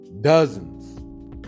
dozens